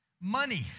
money